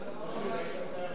ואחד נמנע.